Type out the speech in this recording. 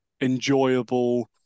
enjoyable